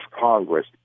Congress